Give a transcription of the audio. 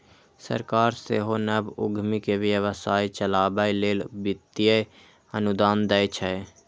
सरकार सेहो नव उद्यमी कें व्यवसाय चलाबै लेल वित्तीय अनुदान दै छै